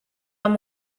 one